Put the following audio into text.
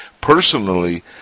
personally